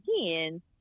again